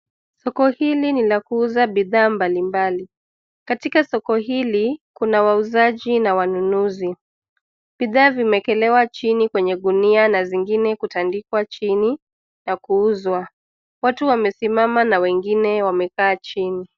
Soko hili ni la kuuza bidhaa mbalimbali, katika soko hili, kuna wauzaji na wanunuzi. Bidhaa vimewekelewa chini kwenye gunia na zingine kutandikwa chini, na kuuzwa, watu wamesimama na wengine wamekaa chini.